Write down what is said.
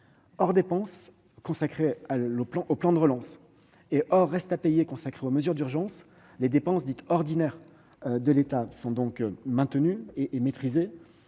Hors dépenses consacrées au plan de relance et hors reste à payer consacré aux mesures d'urgence, les dépenses dites ordinaires de l'État sont donc maintenues et maîtrisées.